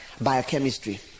biochemistry